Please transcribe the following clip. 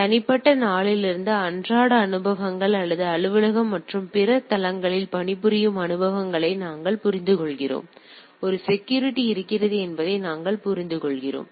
தனிப்பட்ட நாளிலிருந்து அன்றாட அனுபவங்கள் அல்லது அலுவலகம் மற்றும் பிற தளங்களில் பணிபுரியும் அனுபவங்களை நாங்கள் புரிந்துகொள்கிறோம் ஒரு செக்யூரிட்டி இருக்கிறது என்பதை நாங்கள் புரிந்துகொள்கிறோம்